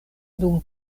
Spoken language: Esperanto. dum